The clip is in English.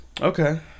Okay